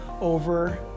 over